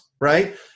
right